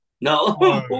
No